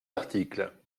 article